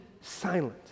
silent